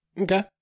okay